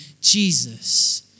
Jesus